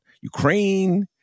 Ukraine